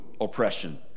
oppression